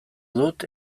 dut